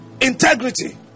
Integrity